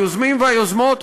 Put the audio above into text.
היוזמים והיוזמות,